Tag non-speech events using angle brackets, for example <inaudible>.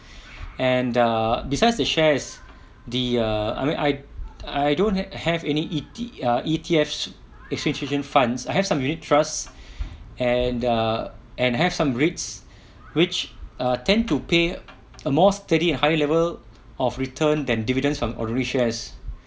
<breath> and err besides the shares the uh I mean I I don't have any E_T ah E_T_F institution funds I have some unit trust and err and have some REITS which ah tend to pay a more steady and high level of return than dividends from ordinary shares